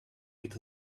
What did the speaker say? with